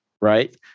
Right